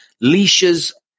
leashes